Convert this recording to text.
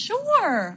Sure